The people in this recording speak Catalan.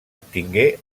obtingué